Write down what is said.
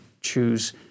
choose